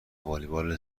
والیبال